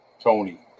Tony